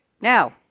now